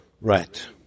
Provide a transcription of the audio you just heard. Right